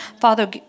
Father